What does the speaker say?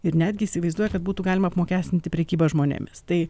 ir netgi įsivaizduoja kad būtų galima apmokestinti prekybą žmonėmis tai